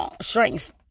strength